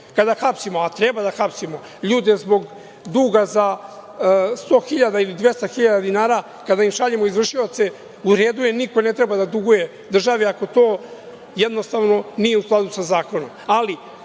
kada hapsimo, a treba da hapsimo ljude zbog duga za 100 ili 200 hiljada dinara, kada im šaljemo izvršioce. U redu je, niko ne treba da duguje državi ako to jednostavno nije u skladu sa zakonom.